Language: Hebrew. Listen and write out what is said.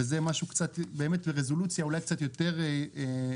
וזה ברזולוציה אולי קצת יותר מעמיקה,